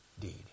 deed